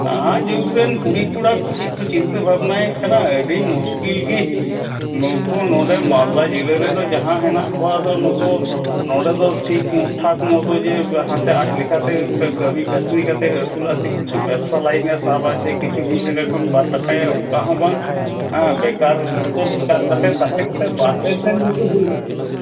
ᱱᱟᱦᱟᱜ ᱡᱩᱜᱽ ᱨᱮᱱ ᱠᱩᱲᱤ ᱠᱚᱲᱟ ᱠᱚ ᱪᱮᱫ ᱠᱚ ᱪᱤᱱᱛᱟᱹ ᱵᱷᱟᱵᱽᱱᱟᱭᱮᱫ ᱠᱟᱱᱟ ᱟᱹᱰᱤ ᱢᱩᱥᱠᱤᱞ ᱜᱮ ᱱᱩᱠᱩ ᱱᱚᱸᱰᱮ ᱢᱟᱞᱫᱟ ᱡᱤᱞᱟᱹ ᱨᱮᱫᱚ ᱡᱟᱦᱟᱸ ᱦᱮᱱᱟᱜ ᱠᱚᱣᱟ ᱟᱫᱚ ᱱᱩᱠᱩ ᱱᱚᱸᱰᱮ ᱫᱚ ᱴᱷᱤᱠ ᱴᱷᱟᱠ ᱢᱚᱛᱚ ᱡᱮ ᱦᱟᱱᱛᱮ ᱟᱡ ᱞᱮᱠᱟᱛᱮ ᱠᱟᱹᱢᱤ ᱠᱟᱹᱥᱱᱤ ᱠᱟᱛᱮᱫ ᱟᱹᱥᱩᱞᱚᱜᱼᱟ ᱥᱮ ᱠᱤᱪᱷᱩ ᱵᱮᱵᱽᱥᱟ ᱞᱟᱭᱤᱱᱮ ᱥᱟᱵᱟ ᱥᱮ ᱠᱤᱪᱷᱩ ᱢᱤᱫ ᱴᱟᱠᱟ ᱠᱷᱚᱱ ᱵᱟᱨ ᱴᱟᱠᱟᱭᱟᱭ ᱚᱱᱠᱟ ᱦᱚᱸ ᱵᱟᱝ ᱦᱮᱸ ᱵᱮᱠᱟᱨ ᱛᱚ ᱵᱮᱠᱟᱨ ᱠᱟᱛᱮᱫ ᱛᱟᱦᱮᱸ ᱠᱟᱛᱮᱫ ᱵᱟᱨᱦᱮ ᱥᱮᱱ ᱜᱮᱠᱚ ᱫᱟᱹᱲᱮᱫ ᱠᱟᱱᱟ ᱠᱚ